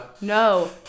no